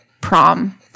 prom